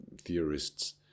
theorists